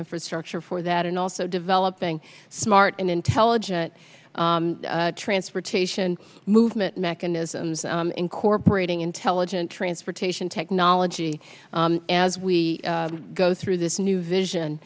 infrastructure for that and also developing smart and intelligent transportation movement mechanisms incorporating intelligent transportation technology as we go through this new vision